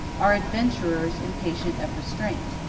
are adventurers impatient of restraint,